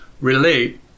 relate